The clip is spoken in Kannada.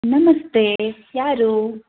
ನಮಸ್ತೆ ಯಾರು